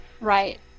Right